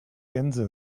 gänse